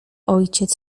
ojciec